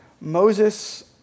Moses